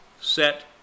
set